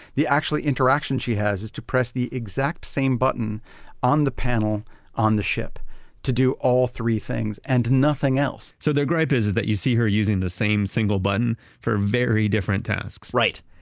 the actual interaction she has is to press the exact same button on the panel on the ship to do all three things and nothing else so, the gripe is is that you see her using the same single button for very different tasks right.